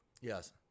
Yes